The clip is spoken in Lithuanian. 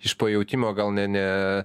iš pajautimo gal ne ne